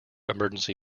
emergency